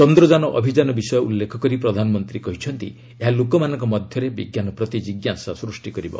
ଚନ୍ଦ୍ରଯାନ ଅଭିଯାନ ବିଷୟରେ ଉଲ୍ଲେଖ କରି ପ୍ରଧାନମନ୍ତ୍ରୀ କହିଛନ୍ତି ଏହା ଲୋକମାନଙ୍କ ମନରେ ବିଜ୍ଞାନ ପ୍ରତି ଜିଜ୍ଞାସା ସୃଷ୍ଟି କରିଛି